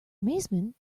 amazement